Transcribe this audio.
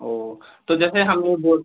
ओह तो जैसे हम वो बोल